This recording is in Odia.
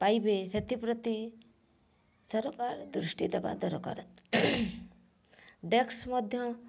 ପାଇବେ ସେଥିପ୍ରତି ସରକାର ଦୃଷ୍ଟି ଦେବା ଦରକାର ଡେକ୍ସ୍ ମଧ୍ୟ